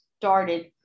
started